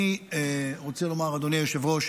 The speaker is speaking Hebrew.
אני רוצה לומר, אדוני היושב-ראש,